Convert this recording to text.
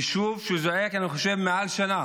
יישוב שזועק, אני חושב, מעל שנה